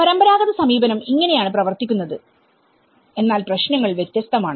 പരമ്പരാഗത സമീപനം ഇങ്ങനെയാണ് പ്രവർത്തിക്കുന്നത് എന്നാൽ പ്രശ്നങ്ങൾ വ്യത്യസ്തമാണ്